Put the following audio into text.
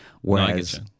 Whereas